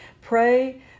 pray